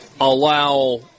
allow